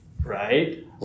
Right